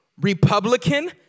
Republican